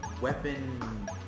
weapon